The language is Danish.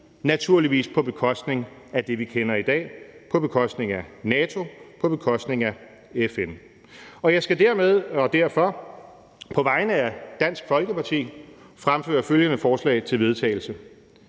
naturligvis på bekostning af det, vi kender i dag, på bekostning af NATO, på bekostning af FN. Jeg skal dermed og derfor på vegne af Dansk Folkeparti fremsætte følgende: Forslag til vedtagelse